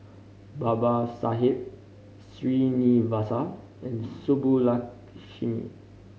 Babasaheb Srinivasa and Subbulakshmi